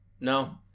No